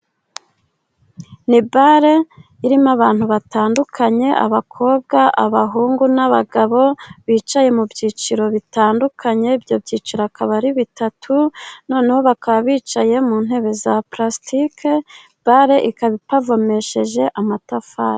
Ni bale irimo abantu batandukanye. Abakobwa, abahungu n'abagabo. Bicaye mu byiciro bitandukanye. Ibyo byiciro akaba ari bitatu, noneho bakaba bicaye mu ntebe za pulasitike. Bare ikaba ipavomesheje amatafari.